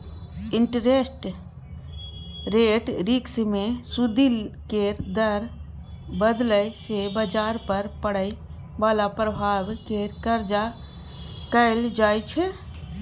interest rate risk मे सूदि केर दर बदलय सँ बजार पर पड़य बला प्रभाव केर चर्चा कएल जाइ छै